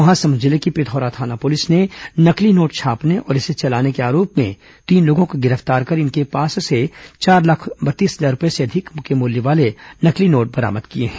महासमुंद जिले की पिथौरा थाना पुलिस ने नकली नोट छापने और चलाने के आरोप में तीन लोगों को गिरफ्तार कर इनके पास से चार लाख बत्तीस हजार रूपये से अधिक के मूल्य वाले नकली नोट बरामद किए हैं